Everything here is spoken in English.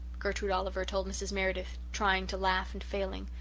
gertrude oliver told mrs. meredith, trying to laugh and failing.